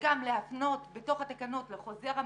וגם להפנות בתוך התקנות לחוזר המנכ"ל,